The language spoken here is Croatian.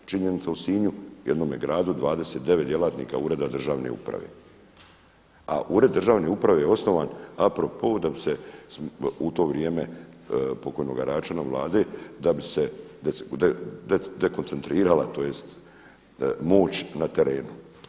Činjenica u Sinju u jednome gradu 29 djelatnika Ureda državne uprave, a Ured državne uprave je osnovan a pro po da bi se u to vrijeme pokojnoga Račana Vlade da bi se dekoncentrirala tj. moć na terenu.